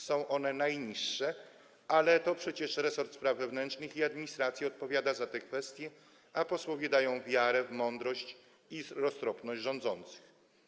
Są one najniższe, ale to przecież resort spraw wewnętrznych i administracji odpowiada za te kwestie, a posłowie dają wiarę w mądrość i roztropność rządzących.